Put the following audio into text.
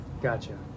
Gotcha